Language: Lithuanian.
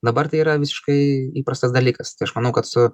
dabar tai yra visiškai įprastas dalykas tai aš manau kad su